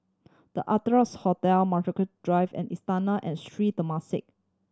The Ardennes Hotel Brockhampton Drive and Istana and Sri Temasek